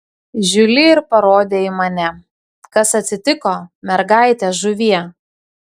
žiuli ir parodė į mane kas atsitiko mergaite žuvie